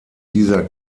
dieser